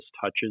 touches